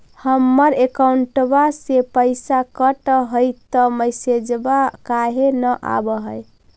हमर अकौंटवा से पैसा कट हई त मैसेजवा काहे न आव है?